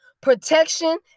protection